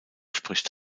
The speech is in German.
spricht